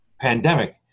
pandemic